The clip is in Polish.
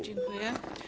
Dziękuję.